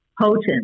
potent